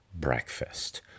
breakfast